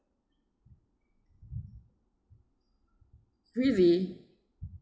really